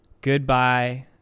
goodbye